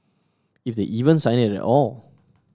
if they even sign it at all